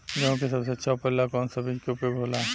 गेहूँ के सबसे अच्छा उपज ला कौन सा बिज के उपयोग होला?